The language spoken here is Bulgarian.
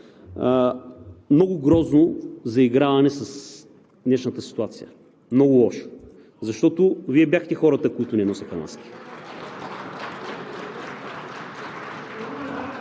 Много грозно заиграване с днешната ситуация, много лошо, защото Вие бяхте хората, които не носеха маски.